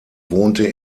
wohnte